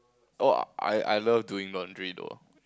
oh I I love doing laundry though